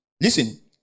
Listen